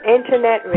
Internet